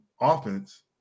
offense